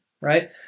right